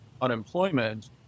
unemployment